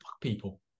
people